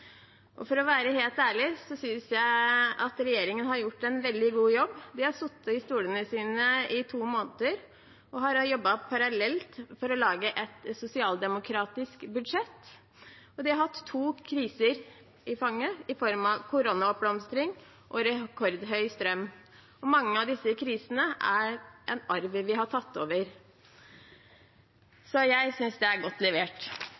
For å være helt ærlig synes jeg at regjeringen har gjort en veldig god jobb. De har sittet i stolene i to måneder og har jobbet parallelt for å lage et sosialdemokratisk budsjett. De har hatt to kriser i fanget, i form av koronaoppblomstringen og rekordhøy strømpris. Mange av disse krisene er noe vi har arvet, så jeg synes det er godt levert.